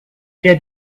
der